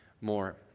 more